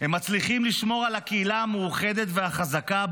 הם מצליחים לשמור על הקהילה המאוחדת והחזקה,